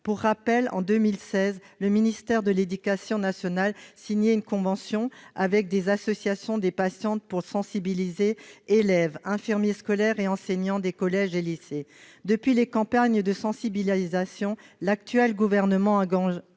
Pour rappel, en 2016, le ministère de l'éducation nationale signait une convention avec des associations de patientes pour sensibiliser élèves, infirmiers scolaires et enseignants des collèges et lycées. Depuis les campagnes de sensibilisation, l'actuel gouvernement a engagé